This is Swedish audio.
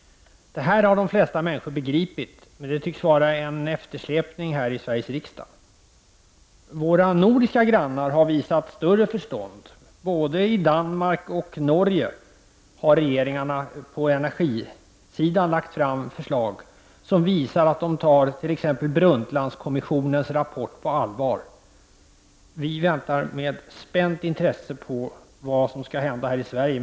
Detta har de flesta människor begripit, men det tycks vara en eftersläpning här i Sveriges riksdag. Våra nordiska grannar har visat större förstånd. Både i Danmark och i Norge har regeringarna lagt fram förslag när det gäller energin som visar att de tar t.ex. Brundtlandkommissionens rap port på allvar. Vi väntar med spänt intresse på vad som skall hända här i Sverige.